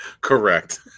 correct